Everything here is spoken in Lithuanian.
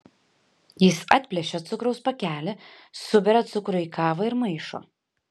jis atplėšia cukraus pakelį suberia cukrų į kavą ir maišo